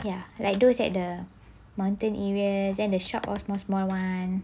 ya like those at the mountain areas and the shop or small small [one]